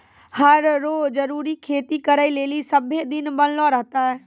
हर रो जरूरी खेती करै लेली सभ्भे दिन बनलो रहतै